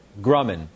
Grumman